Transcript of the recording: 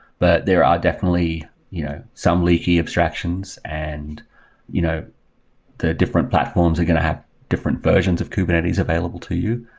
but there are definitely you know some leaky abstractions, and you know the different platforms are going to have different versions of kubernetes available to you.